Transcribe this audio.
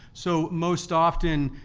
so most often,